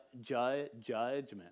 judgment